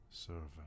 Servant